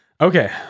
Okay